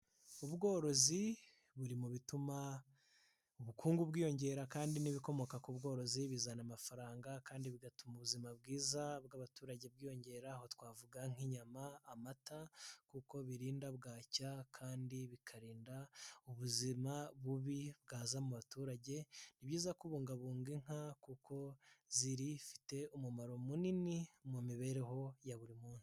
Ubworozi buri mu bituma ubukungu bwiyongera kandi n'ibikomoka ku bworozi bizana amafaranga kandi bigatuma ubuzima bwiza bw'abaturage bwiyongera aho twavuga nk'inyama amata kuko birinda bwacya kandi bikarinda ubuzima bubi bwaza mu baturage, ni byiza kubungabunga inka kuko zirifite umumaro munini mu mibereho ya buri munsi.